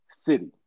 city